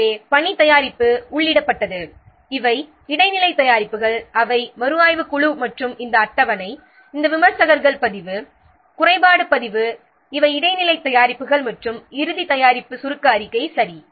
எனவே பணி தயாரிப்பு உள்ளிடப்பட்டது இவை இடைநிலை தயாரிப்புகள் அவை மறுஆய்வுக் குழு மற்றும் இந்த அட்டவணை இந்த விமர்சகர்கள் பதிவு குறைபாடு பதிவு இவை இடைநிலை தயாரிப்புகள் மற்றும் இறுதி தயாரிப்பு சுருக்க அறிக்கை சரி